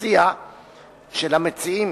המציעים